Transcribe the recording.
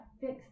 fix